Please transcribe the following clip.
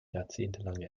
jahrzehntelange